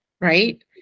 right